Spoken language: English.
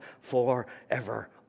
forever